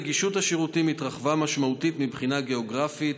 נגישות השירותים התרחבה משמעותית מבחינה גיאוגרפית,